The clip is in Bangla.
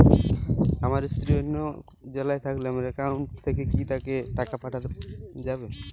আমার স্ত্রী অন্য জেলায় থাকলে আমার অ্যাকাউন্ট থেকে কি তাকে টাকা পাঠানো সম্ভব?